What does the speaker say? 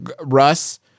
russ